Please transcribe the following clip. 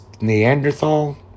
Neanderthal